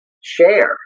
share